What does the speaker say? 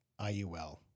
IUL